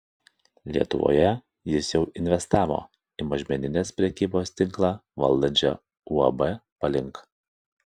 lietuvoje jis jau investavo į mažmeninės prekybos tinklą valdančią uab palink